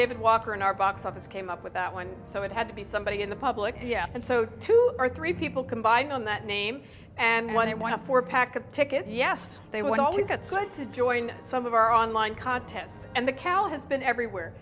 david walker in our box office came up with that one so it had to be somebody in the public and so two or three people combined on that name and when it went up for pack a ticket yes they would always get good to join some of our online content and the cow has been everywhere